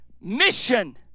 mission